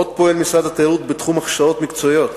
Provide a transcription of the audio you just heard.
עוד פועל משרד התיירות בתחום ההכשרות המקצועיות